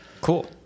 cool